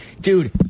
Dude